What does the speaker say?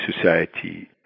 society